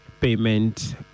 payment